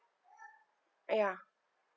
uh ya